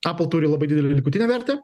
apple turi labai didelę likutinę vertę